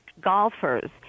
golfers